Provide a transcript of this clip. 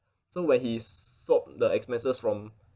so when he swapped the expenses from